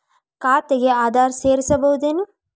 ಖಾತೆಗೆ ಆಧಾರ್ ಸೇರಿಸಬಹುದೇನೂ?